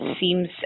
seems